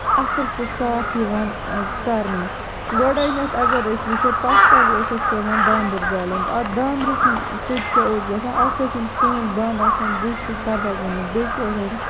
اَصٕل تہٕ صاف یِوان کرنہٕ گۄڈٕنیٚتھ اَگر أسۍ وُچھو پَتھ کالہِ اوس اَسہِ پیٚوان دامبُر زالُن اَتھ دامبرِس سۭتۍ کیاہ اوس گژھان اکھ ٲسۍ یِم سٲنۍ بانہٕ آسان دُہۍ سۭتۍ تَباہ گٔمٕتۍ بیٚیہِ کیاہ اوس گژھان